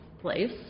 place